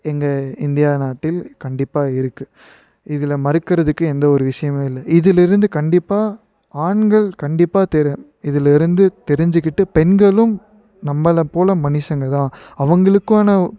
எங்கள் இந்திய நாட்டில் கண்டிப்பாக இருக்குது இதில் மறுக்கிறதுக்கு எந்த ஒரு விஷயமே இல்லை இதிலிருந்து கண்டிப்பாக ஆண்கள் கண்டிப்பாக தெரு இதிலேருந்து தெரிஞ்சிக்கிட்டு பெண்களும் நம்மளை போல் மனுஷங்க தான் அவங்களுக்கான